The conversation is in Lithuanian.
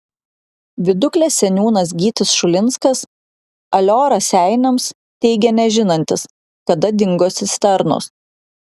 viduklės seniūnas gytis šulinskas alio raseiniams teigė nežinantis kada dingo cisternos